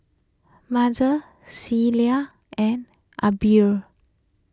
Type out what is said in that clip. Mazie Celia and Aubrie